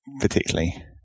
particularly